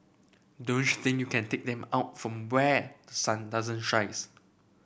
don't think you can take them out from where the sun doesn't shines